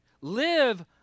live